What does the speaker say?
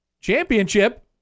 Championship